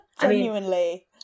Genuinely